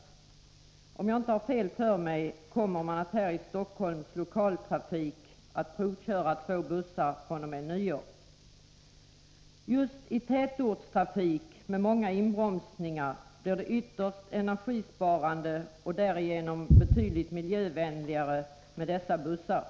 Om jag inte tar fel kommer man i Stockholms lokaltrafik att provköra två bussar fr.o.m. nyår. Just i tätortstrafik med många inbromsningar blir det ytterst energibesparande och därigenom betydligt miljövänligare med dessa bussar.